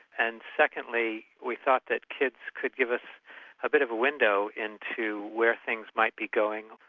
and secondly, we thought that kids could give us a bit of a window into where things might be going,